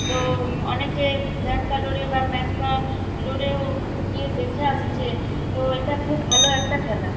তো অনেকে ব্যাঙ্গালোরে বা ম্যাঙ্গালোরেও গিয়ে দেখে আসছে তো এটা খুব ভালো একটা খেলা